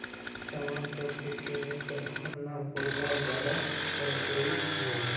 समान सभके किने पर हम न बूझाय बला कर देँई छियइ